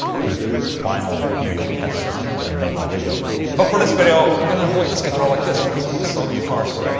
put it to the final real test and make my video but for this video i'm gonna hold this guitar like this because i want to sell guitars